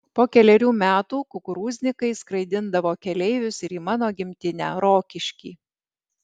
po kelerių metų kukurūznikai skraidindavo keleivius ir į mano gimtinę rokiškį